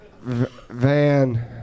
Van